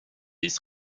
liste